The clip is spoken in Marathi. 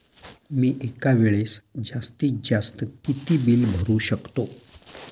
मी एका वेळेस जास्तीत जास्त किती बिल भरू शकतो?